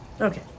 okay